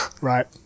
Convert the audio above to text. right